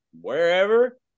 wherever